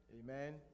Amen